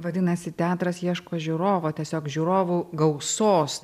vadinasi teatras ieško žiūrovo tiesiog žiūrovų gausos